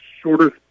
shorter